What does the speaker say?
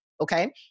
Okay